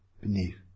beneath